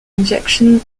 injection